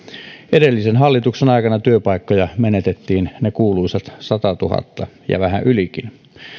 edellisen hallituksen aikana työpaikkoja menetettiin ne kuuluisat satatuhatta ja vähän ylikin